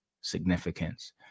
Significance